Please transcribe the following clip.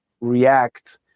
react